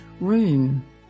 room